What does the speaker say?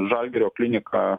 žalgirio klinika